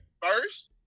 first